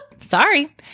sorry